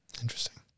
Interesting